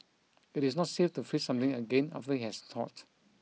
it is not safe to freeze something again after it has thought